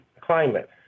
climate